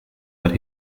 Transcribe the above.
but